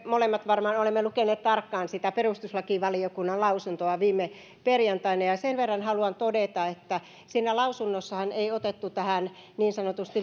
molemmat varmaan olemme lukeneet tarkkaan sitä perustuslakivaliokunnan lausuntoa viime perjantaina ja ja sen verran haluan todeta että siinä lausunnossahan ei otettu tähän niin sanottuun